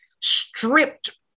stripped